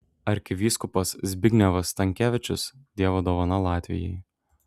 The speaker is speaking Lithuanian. arkivyskupas zbignevas stankevičius dievo dovana latvijai